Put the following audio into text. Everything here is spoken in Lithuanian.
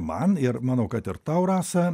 man ir manau kad ir tau rasa